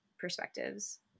perspectives